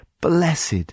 blessed